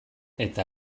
eta